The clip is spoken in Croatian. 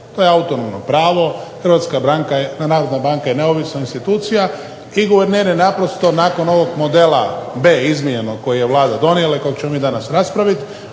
to je autonomno pravo. Hrvatska narodna banka je neovisna institucija i guverner je naprosto nakon ovog modela B izmijenjenog kojeg je Vlada donijela i kojeg ćemo mi danas raspravit,